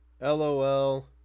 LOL